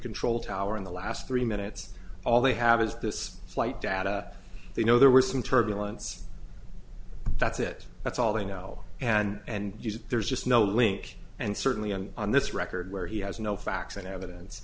control tower in the last three minutes all they have is this flight data they know there were some turbulence that's it that's all they know and there's just no link and certainly and on this record where he has no facts and evidence